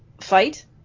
fight